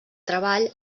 treball